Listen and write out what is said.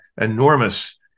enormous